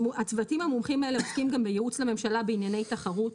הצוותים המומחים האלה עוסקים גם בייעוץ לממשלה בענייני תחרות,